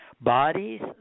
Bodies